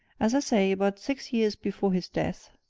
as i say, about six years before his death,